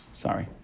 Sorry